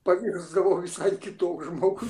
pavirsdavau visai kitu žmogum